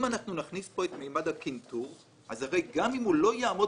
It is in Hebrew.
אם אנחנו נכניס פה את ממד הקנטור אז הרי גם אם הוא לא יעמוד